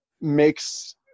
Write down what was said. makes